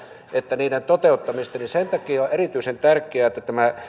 että niiden toteuttamista sen takia on erityisen tärkeää että